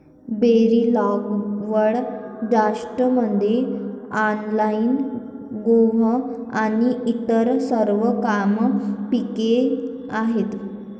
berry लागवड, द्राक्षमळे, olive grove आणि इतर सर्व कायम पिके आहेत